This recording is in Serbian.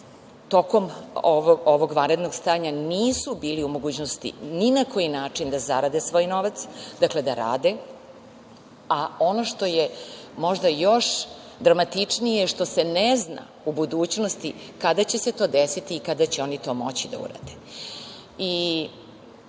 tokom ovog vanrednog stanja nisu bili u mogućnosti ni na koji način da zarade svoj novac, da rade, a ono što je možda još dramatičnije, što se ne zna u budućnosti, kada će se to desiti, kada će oni to moći da urade. Ja